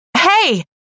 Hey